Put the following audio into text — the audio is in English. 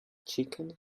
chicken